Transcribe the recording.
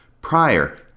prior